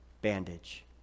bandage